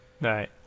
Right